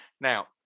Now